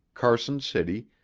carson city,